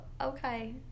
Okay